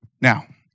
Now